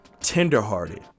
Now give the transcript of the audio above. tenderhearted